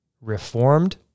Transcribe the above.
reformed